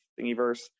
Thingiverse